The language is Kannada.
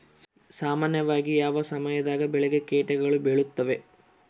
ಸಾಮಾನ್ಯವಾಗಿ ಯಾವ ಸಮಯದಾಗ ಬೆಳೆಗೆ ಕೇಟಗಳು ಬೇಳುತ್ತವೆ?